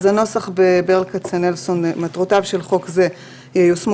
הנוסח לגבי ברל כצנלסון: 2. "מטרותיו של חוק זה ייושמו